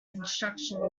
construction